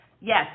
Yes